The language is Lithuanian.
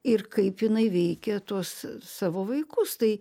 ir kaip jinai veikė tuos savo vaikus tai